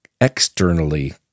externally